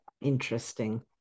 interesting